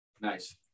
Nice